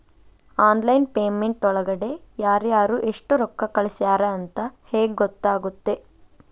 Online payment ಒಳಗಡೆ ಯಾರ್ಯಾರು ಎಷ್ಟು ರೊಕ್ಕ ಕಳಿಸ್ಯಾರ ಅಂತ ಹೆಂಗ್ ಗೊತ್ತಾಗುತ್ತೆ?